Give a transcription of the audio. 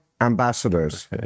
ambassadors